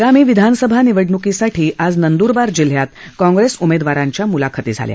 आगामी विधानसभा निवडणुकीसाठी आज नंद्रबार जिल्ह्यात कॉग्रेस उमेदवारांच्या मुलाखती झाल्या